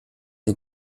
den